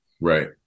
Right